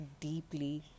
deeply